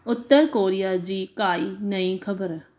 उत्तर Korea जी काई नई ख़बर